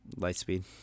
lightspeed